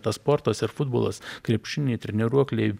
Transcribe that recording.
tas sportas ir futbolas krepšiniai treniruokliai